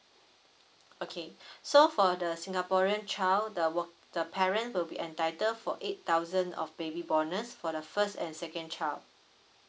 okay so for the singaporean child the work the parent will be entitled for eight thousand of baby bonus for the first and second child